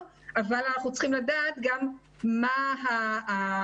אבל אנחנו צריכים לדעת גם מה הצפי,